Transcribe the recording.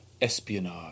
Espionage